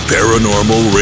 Paranormal